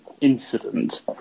incident